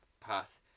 path